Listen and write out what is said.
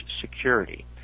security